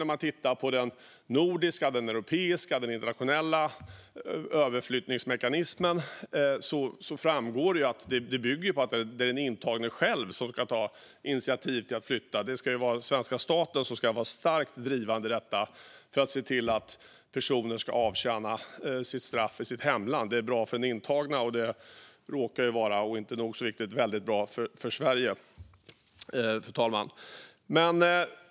När man tittar på den nordiska, europeiska och den internationella överflyttningsmekanismen framgår dock att det bygger på att den intagne själv tar initiativ till att flytta, men det är svenska staten som ska vara starkt drivande i detta för att se till att personer avtjänar sitt straff i hemlandet. Det är bra för den intagne, och det råkar även - vilket är nog så viktigt - vara väldigt bra för Sverige, fru talman.